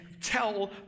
tell